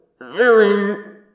Villain